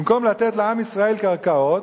במקום לתת לעם ישראל קרקעות,